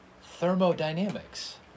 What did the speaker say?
thermodynamics